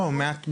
לא, מאז עוד?